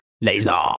laser